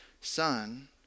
son